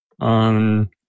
on